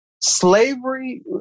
slavery